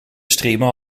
streamen